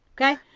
okay